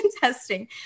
testing